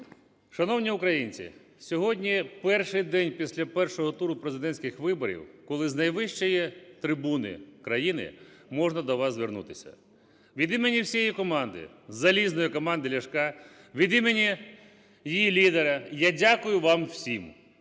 Шановні українці, сьогодні перший день після першого туру президентських виборів, коли з найвищої трибуни країни можна до вас звернутися. Від імені всієї команди, залізної команди Ляшка, від імені її лідера я дякую вам всім.